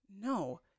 No